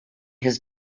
his